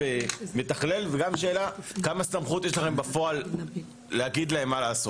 מתכלל והשאלה כמה סמכות יש לכם בפועל להגיד להם מה לעשות.